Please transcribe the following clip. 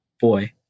boy